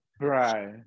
right